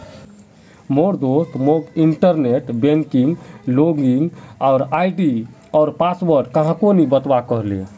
मोर दोस्त मोक इंटरनेट बैंकिंगेर लॉगिन आई.डी आर पासवर्ड काह को नि बतव्वा कह ले